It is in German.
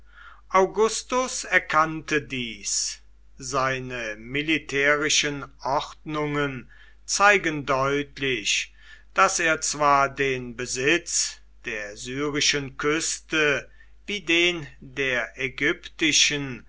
augustus erkannte dies seine militärischen ordnungen zeigen deutlich daß er zwar den besitz der syrischen küste wie den der ägyptischen